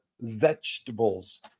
vegetables